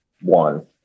one